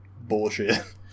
bullshit